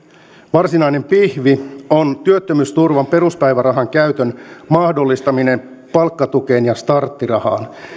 varsinainen pihvi on työttömyysturvan peruspäivärahan käytön mahdollistaminen palkkatukeen ja starttirahaan